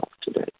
today